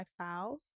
lifestyles